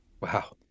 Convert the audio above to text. Wow